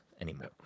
anymore